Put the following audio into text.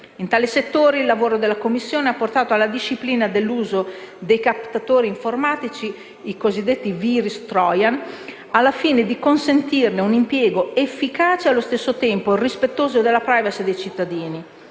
In tale settore il lavoro della Commissione ha portato alla disciplina dell'uso dei captatori informatici, cosiddetti *virus* Trojan: al fine di consentirne un impiego efficace e allo stesso tempo rispettoso della *privacy* dei cittadini,